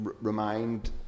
remind